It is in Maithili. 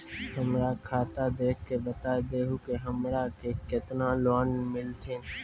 हमरा खाता देख के बता देहु के हमरा के केतना लोन मिलथिन?